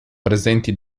presenti